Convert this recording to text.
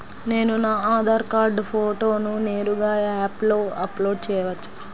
నేను నా ఆధార్ కార్డ్ ఫోటోను నేరుగా యాప్లో అప్లోడ్ చేయవచ్చా?